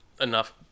enough